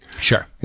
Sure